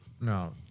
No